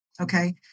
okay